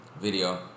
video